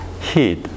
heat